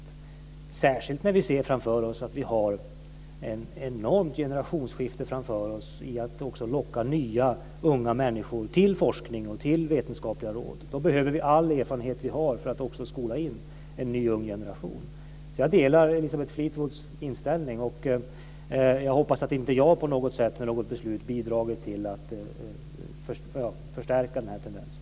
Det är särskilt betydelsefullt när vi ser att vi har ett enormt generationsskifte framför oss för att locka nya unga människor till forskning och vetenskapliga råd. Vi behöver all erfarenhet vi har för att skola in en ny ung generation. Jag delar alltså Elisabeth Fleetwoods inställning, och jag hoppas att inte jag på något sätt eller med något beslut har bidragit till att förstärka den här tendensen.